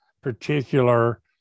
particular